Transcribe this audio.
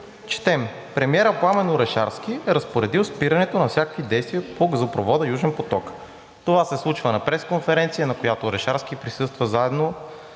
четем: „Премиерът Пламен Орешарски е разпоредил спирането на всякакви действия по газопровода Южен поток.“ Това се случва на пресконференция, на която Орешарски присъства заедно